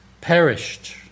perished